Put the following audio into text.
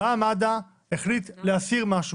מד"א החליט להסיר משהו.